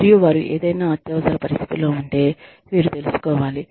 మరియు వారు ఏదైనా అత్యవసర పరిస్థితిలో ఉంటే వీరు తెలుసుకోవాలి